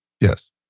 Yes